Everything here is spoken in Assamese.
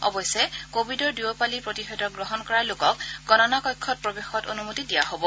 অৱশ্যে কোভিডৰ দুয়ো পালি প্ৰতিষেধক গ্ৰহণ কৰা লোকক গণনা কক্ষত প্ৰৱেশত অনুমতি দিয়া হ'ব